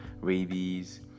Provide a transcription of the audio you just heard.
rabies